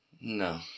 No